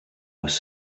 was